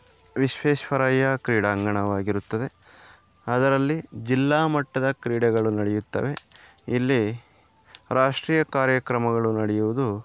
ವಿಶ್ವೇಶ್ವರಯ್ಯ ಕ್ರೀಡಾಂಗಣವಾಗಿರುತ್ತದೆ ಅದರಲ್ಲಿ ಜಿಲ್ಲಾ ಮಟ್ಟದ ಕ್ರೀಡೆಗಳು ನಡೆಯುತ್ತವೆ ಇಲ್ಲಿ ರಾಷ್ಟ್ರೀಯ ಕಾರ್ಯಕ್ರಮಗಳು ನಡೆಯುವುದು